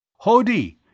Hodi